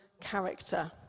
character